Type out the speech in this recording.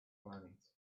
planet